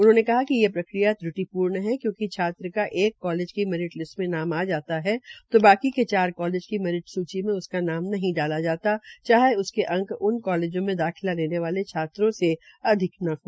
उन्होंने कहा कि प्रक्रिया त्रुटिपूर्ण है क्यूंकि छात्र का एक कालेज की मेरिट लिस्ट मे नाम आज जाता है तो बाकी के चार कालेज की मेरिट सुची मे उसका नाम नहीं डाला जाता चाहे उसके अंक उनके कालेजों में दाखिला लेने वाले छात्रों से अधिक हो